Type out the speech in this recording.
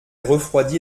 refroidit